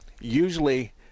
Usually